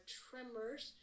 tremors